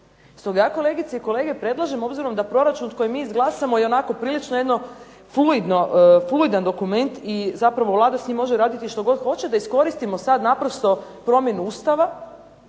Stoga ja kolegice i kolege predlažem obzirom da je proračun kojega mi izglasamo je onako prilično fluidan dokument i zapravo Vlada s njim može raditi što hoće, da iskoristimo sada naprosto promjenu Ustava